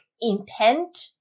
intent